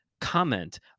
comment